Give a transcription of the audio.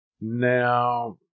Now